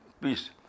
peace